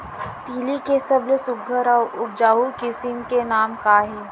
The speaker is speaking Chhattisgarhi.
तिलि के सबले सुघ्घर अऊ उपजाऊ किसिम के नाम का हे?